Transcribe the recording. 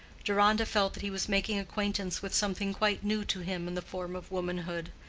deronda felt that he was making acquaintance with something quite new to him in the form of womanhood.